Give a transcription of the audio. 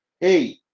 Hey